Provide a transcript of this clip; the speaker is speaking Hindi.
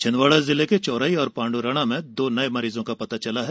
छिंदबाड़ा जिले के चोरई और पांडूरणा में दो नये मरीजों का पता चला है